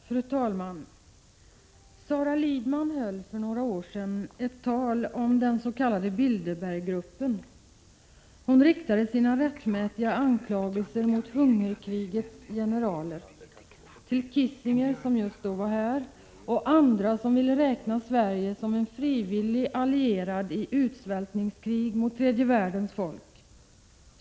Fru talman! Sara Lidman höll för några år sedan ett tal om den s.k. Bilderberggruppen. Hon riktade sina rättmätiga anklagelser mot ”hungerkrigets generaler” till Kissinger, som just då var här, och andra som ville räkna Sverige som en frivillig allierad i utsvältningskrig mot tredje världens folk.